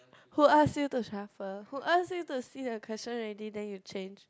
who ask you to shuffle who ask you to see the question already then you change